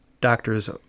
doctors